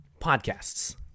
Podcasts